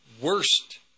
worst